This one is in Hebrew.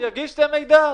יגיש את המידע.